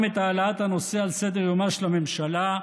את העלאת הנושא על סדר-יומה של הממשלה,